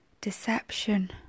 deception